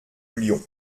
lyon